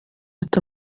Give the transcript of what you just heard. ati